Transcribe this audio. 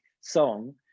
song